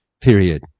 period